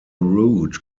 route